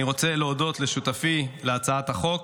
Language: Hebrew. אני רוצה להודות לשותפיי להצעת החוק,